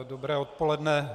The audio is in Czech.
Dobré odpoledne.